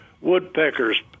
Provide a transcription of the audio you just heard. woodpeckers